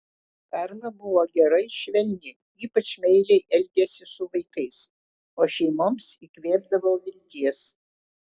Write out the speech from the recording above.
karla buvo gera ir švelni ypač meiliai elgėsi su vaikais o šeimoms įkvėpdavo vilties